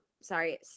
sorry